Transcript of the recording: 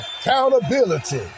accountability